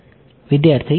વિદ્યાર્થી 4